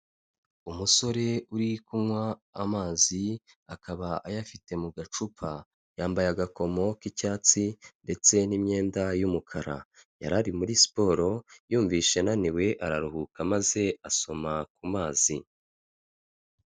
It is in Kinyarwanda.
Umusore uri kunywa amazi, akaba ayafite mu gacupa, yambaye agakomo k'icyatsi ndetse n'imyenda y'umukara. Yari ari muri siporo, yumvise ananiwe araruhuka maze asoma ku mazi.